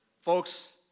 Folks